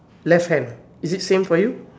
left hand is it same for you